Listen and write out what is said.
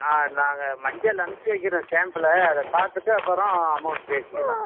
ஆ நாங்கள் மஞ்சள் அனுப்பிச்சி வைக்கிறோம் சாம்பிளை அதை பார்த்துட்டு அப்புறம் அமௌண்ட் பேசிக்கலாம்